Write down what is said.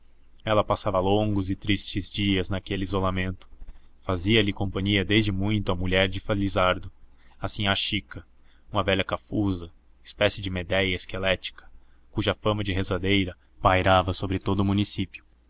ela passava longos e tristes dias naquele isolamento fazia-lhe companhia desde muito a mulher de felizardo a sinhá chica uma velha cafuza espécie de medéia esquelética cuja fama de rezadeira pairava por sobre todo o município